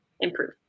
improve